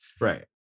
Right